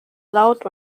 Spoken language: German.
laut